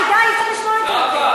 אי-אפשר לשמוע את זה יותר.